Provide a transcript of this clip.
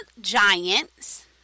giants